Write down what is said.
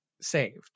saved